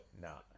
No